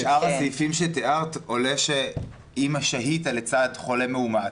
משאר הסעיפים שתיארת עולה שאם שהית לצד חולה מאומת,